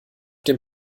dem